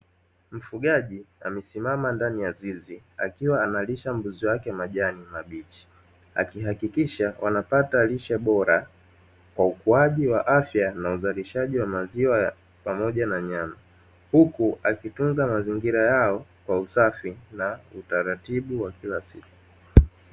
Mfugaji amesimama ndani ya zizi akiwa analisha mbuzi wake majani mabichi, akihakikisha wanapata lishe bora kwa ukuaji wa afya na uzalishaji wa maziwa pamoja na nyama, huku akitunza mazingira yao kwa usafi na utaratibu wa kila siku.